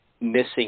missing